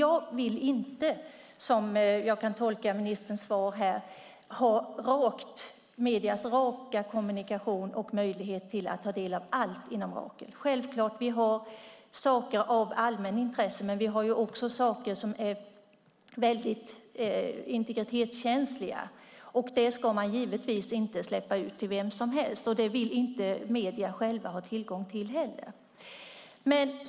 Jag vill inte ha mediernas raka kommunikation och möjlighet att ta del av allt inom Rakel - som jag kan tolka ministerns svar här. Det är självklart att det finns saker av allmänt intresse, men det finns också saker som är integritetskänsliga. Det ska man givetvis inte släppa ut till vem som helst, och medierna själva vill inte heller ha tillgång till det.